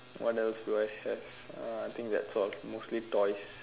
what else do I have I think that's all mostly toys